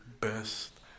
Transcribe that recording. best